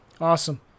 Awesome